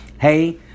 hey